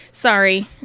Sorry